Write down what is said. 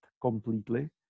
Completely